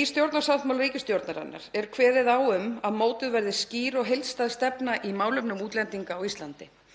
Í stjórnarsáttmála ríkisstjórnarinnar er kveðið á um að mótuð verði skýr og heildstæð stefna í málefnum útlendinga á Íslandi.